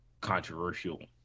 controversial